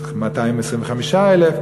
225,000,